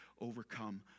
overcome